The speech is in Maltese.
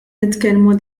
nitkellmu